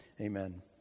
Amen